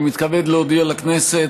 אני מתכבד להודיע לכנסת